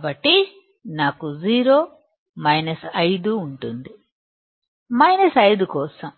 కాబట్టి నాకు 0 5 ఉంటుంది 5 కోసం